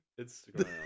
Instagram